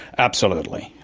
absolutely,